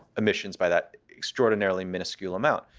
emissions by that extraordinarily minuscule amount.